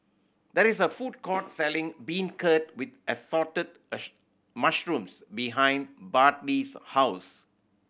there is a food court selling beancurd with assorted mushrooms behind Bartley's house